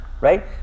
right